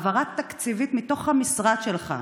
העברה תקציבית מתוך המשרד שלך,